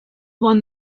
won